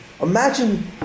Imagine